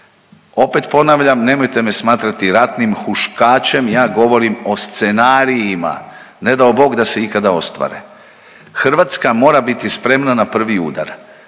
Opet ponavljam nemojte me smatrati ratnim huškačem, ja govorim o scenarijima, ne dao Bog da se ikada ostvare. Hrvatska mora biti spremna na prvi udar,